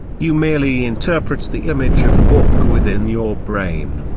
you merely interpret the image of the book within your brain.